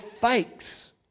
fakes